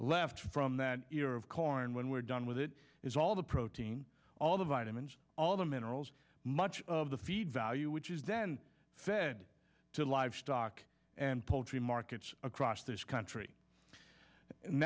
left from that era of corn when we're done with it is all the protein all the vitamins all the minerals much of the feed value which is then fed to livestock and poultry markets across this